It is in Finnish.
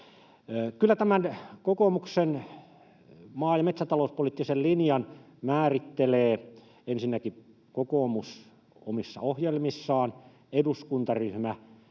Kyllä tämän kokoomuksen maa- ja metsätalouspoliittisen linjan ensinnäkin määrittelevät kokoomus omissa ohjelmissaan ja eduskuntaryhmä